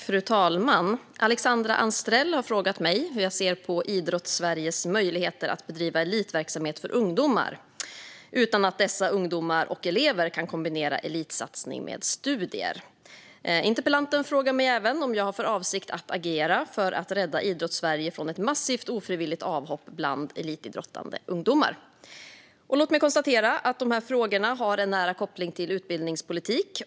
Fru talman! Alexandra Anstrell har frågat mig hur jag ser på Idrottssveriges möjligheter att bedriva elitverksamhet för ungdomar utan att dessa ungdomar och elever kan kombinera elitsatsning med studier. Interpellanten frågar mig även om jag har för avsikt att agera för att rädda Idrottssverige från ett massivt ofrivilligt avhopp bland elitidrottande ungdomar. Låt mig konstatera att dessa frågor har en nära koppling till utbildningspolitik.